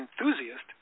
enthusiast